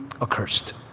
accursed